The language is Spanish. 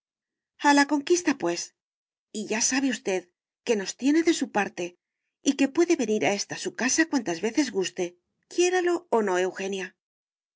a la conquista pues y ya sabe usted que nos tiene de su parte y que puede venir a esta su casa cuantas veces guste y quiéralo o no eugenia